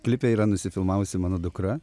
klipe yra nusifilmavusi mano dukra